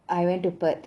I went to perth